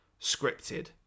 scripted